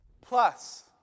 plus